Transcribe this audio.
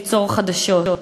ליצור חדשות.